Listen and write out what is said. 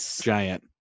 giant